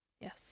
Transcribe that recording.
Yes